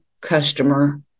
customer